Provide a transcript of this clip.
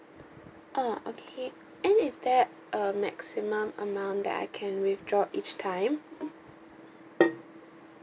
uh okay and it's there a maximum amount that I can withdraw each time